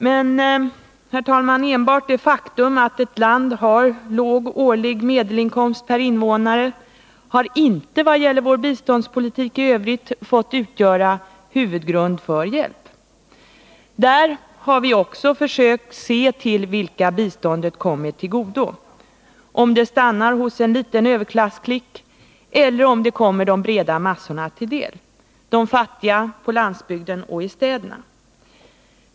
Men, herr talman, enbart det faktum att ett land har låg årlig medelinkomst per invånare har när det gäller vår biståndspolitik i övrigt inte fått utgöra huvudgrunden för hjälp. Vi har då också försökt se till vilka biståndet kommer till godo — om det stannar hos en liten överklassklick eller om det kommer de breda massorna till del: de fattiga på landsbygden och i städerna.